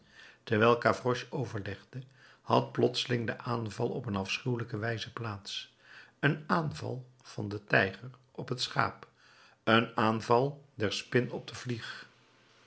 terwijl gavroche overlegde had plotseling de aanval op een afschuwelijke wijze plaats een aanval van den tijger op het schaap een aanval der spin op de vlieg